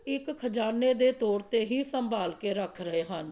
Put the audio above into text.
ਇੱਕ ਖਜ਼ਾਨੇ ਦੇ ਤੌਰ 'ਤੇ ਹੀ ਸੰਭਾਲ ਕੇ ਰੱਖ ਰਹੇ ਹਨ